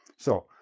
so,